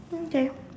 okay